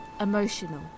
emotional